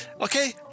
okay